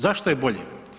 Zašto je bolji?